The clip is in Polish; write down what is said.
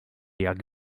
jak